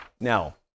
Now